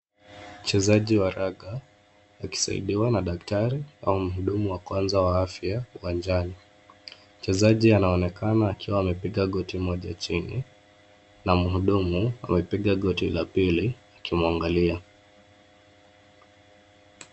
Mchezaji wa ragga akisaidiwa na daktari au mhudumu wa kwanza wa afya uwanjani ,mchezaji anaonekana akiwa amepiga goti moja chini na mhudumu amepiga goti la pili akimwangalia.